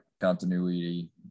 continuity